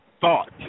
thought